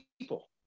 people